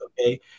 Okay